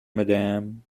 madame